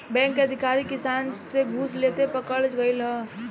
bank के अधिकारी किसान से घूस लेते पकड़ल गइल ह